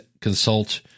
consult